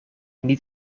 niet